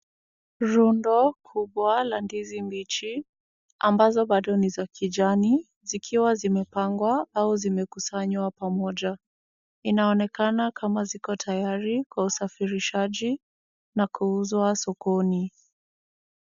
Rundo kubwa la ndizi mbichi ambazo bado ni za kijani, zikiwa zimepangwa au zimekusanywa pamoja. Inaonekana kama ziko tayari kwa usafirishaji na kuuzwa sokoni.